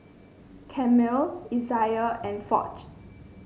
Camille Isaiah and Foch